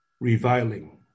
reviling